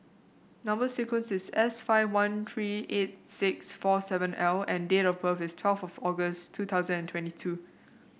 number sequence is S five one three eight six four seven L and date of birth is twelve of August two thousand and twenty two